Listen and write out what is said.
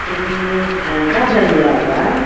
ए कहाँ जानुलाई होला